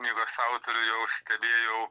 knygos autorių jau stebėjau